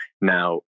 now